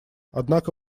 однако